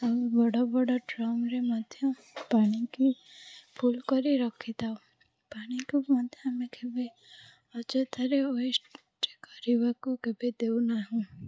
ଆଉ ବଡ଼ ବଡ଼ ଡ୍ରମ୍ରେ ମଧ୍ୟ ପାଣିକୁ ଫୁଲ୍ କରି ରଖିଥାଉ ପାଣିକୁ ମଧ୍ୟ ଆମେ କେବେ ଅଯଥାରେ ୱେଷ୍ଟ୍ କରିବାକୁ କେବେ ଦେଉନାହୁଁ